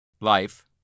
Life